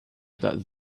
that